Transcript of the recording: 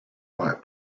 like